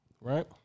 right